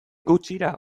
gutxira